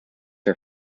her